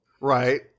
right